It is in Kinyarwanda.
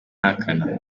ahakana